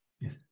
Yes